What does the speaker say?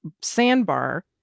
sandbar